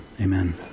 amen